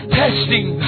testing